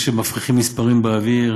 זה שמפריחים מספרים באוויר,